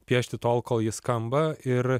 piešti tol kol ji skamba ir